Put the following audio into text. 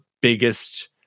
biggest